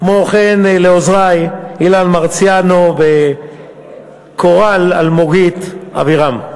כמו כן, לעוזרי אילן מרסיאנו וקורל אלמוגית אבירם.